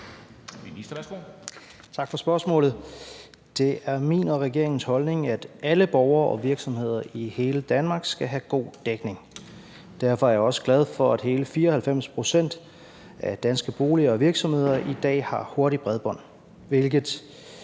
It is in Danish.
(Dan Jørgensen): Tak for spørgsmålet. Det er min og regeringens holdning, at alle borgere og virksomheder i hele Danmark skal have god dækning. Derfor er jeg også glad for, at hele 94 pct. af danske boliger og virksomheder i dag har hurtigt bredbånd,